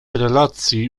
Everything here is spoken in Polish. relacji